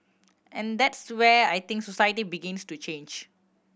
and that's where I think society begins to change